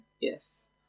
Yes